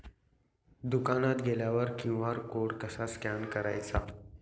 दुकानात गेल्यावर QR code कसा स्कॅन करायचा?